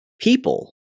people